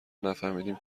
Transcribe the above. نفهمدیم